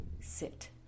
sit